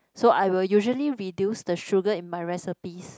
so I will usually reduce the sugar in my recipes